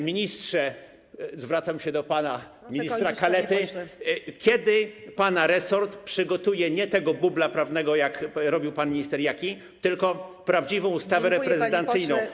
Panie ministrze - zwracam się do pana ministra Kalety - kiedy pana resort przygotuje nie tego bubla prawnego, jaki robił pan minister Jaki, tylko prawdziwą ustawę reprywatyzacyjną?